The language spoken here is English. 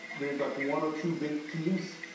there's like one or two big teams,